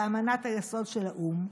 באמנת היסוד של האו"ם,